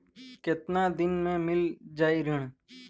कितना दिन में मील जाई ऋण?